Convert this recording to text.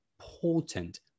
important